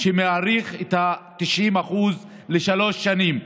שמאריך את ה-90% לשלוש שנים,